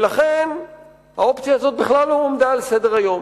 ולכן האופציה הזאת בכלל לא עמדה על סדר-היום.